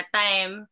time